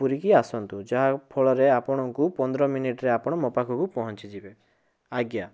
ବୁଲିକି ଆସନ୍ତୁ ଯାହାଫଳରେ ଆପଣଙ୍କୁ ପନ୍ଦର ମିନିଟ୍ରେ ଆପଣ ମୋ ପାଖକୁ ପହଞ୍ଚିଯିବେ ଆଜ୍ଞା